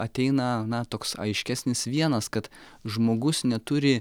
ateina na toks aiškesnis vienas kad žmogus neturi